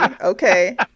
okay